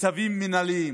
וצווים מינהליים.